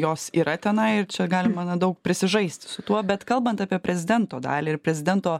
jos yra tenai ir čia galima na daug prisižaisti su tuo bet kalbant apie prezidento dalį ir prezidento